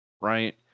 right